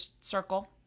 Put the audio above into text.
circle